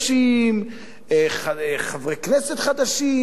חברי כנסת חדשים, כל מיני דברים קורים.